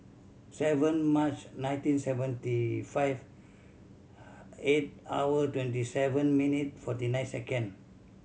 seven March nineteen seventy five eight hour twenty seven minute forty nine second